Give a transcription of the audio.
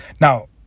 Now